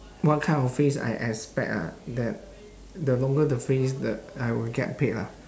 what kind of phrase I expect ah that the longer the phrase the I will get paid lah